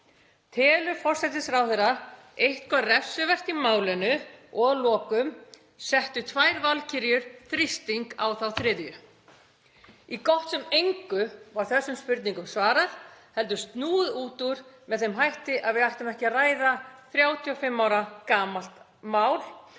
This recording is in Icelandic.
Telur forsætisráðherra eitthvað refsivert í málinu? Og að lokum: Settu tvær valkyrjur þrýsting á þá þriðju? Í gott sem engu var þessum spurningum svarað heldur snúið út úr með þeim hætti að við ættum ekki að ræða 35 ára gamalt mál